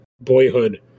Boyhood